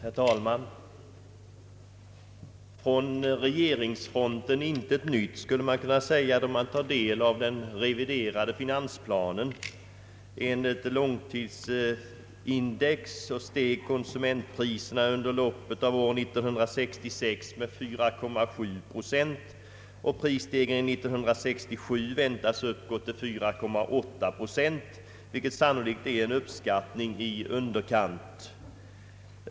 Herr talman! »Från regeringsfronten intet nytt» skulle man kunna säga, då man tar del av den reviderade finansplanen. Enligt långtidsindex steg konsumentpriserna under loppet av år 1966 med 4,7 procent, och prisstegringen under 1967 väntas uppgå till 4,8 procent, vilket sannolikt är en uppskattning i underkant.